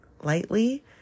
lightly